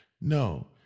No